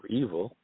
evil